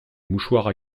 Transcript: mouchoir